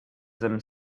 them